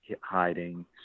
hiding